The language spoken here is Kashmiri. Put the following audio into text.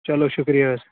چلو شُکریہ حظ